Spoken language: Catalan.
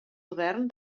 modern